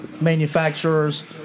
manufacturers